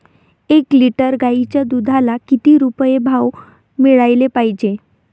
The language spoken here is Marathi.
एक लिटर गाईच्या दुधाला किती रुपये भाव मिळायले पाहिजे?